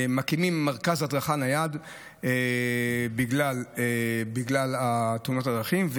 מקימים מרכז הדרכה נייד בגלל תאונות הדרכים,